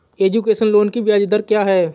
Education loan की ब्याज दर क्या है?